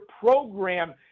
program